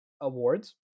awards